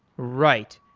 right.